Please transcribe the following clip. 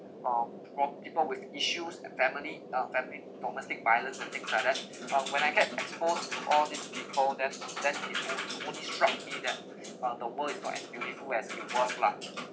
um from people with issues and family uh family domestic violence and things like that but when I had exposed to all these people then then it were to only strike me that uh the world is not as beautiful as it was lah